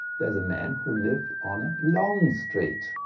there's a man who lived on ah long street.